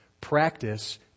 practice